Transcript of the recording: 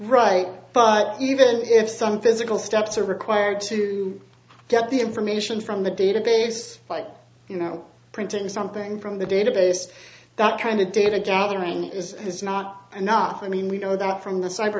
right but even if some physical steps are required to get the information from the database like you know printing something from the database that kind of data gathering is has not enough i mean we know that from the cyber